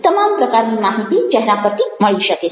તમામ પ્રકારની માહિતી ચેહરા પરથી મળી શકે છે